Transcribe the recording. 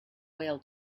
whale